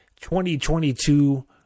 2022